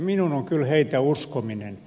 minun on kyllä heitä uskominen